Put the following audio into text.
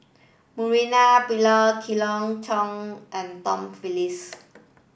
Murali Pillai Khoo Cheng Tiong and Tom Phillips